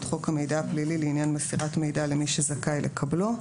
חוק המידע הפלילי לעניין מסירת מידע למי שזכאי לקבלו.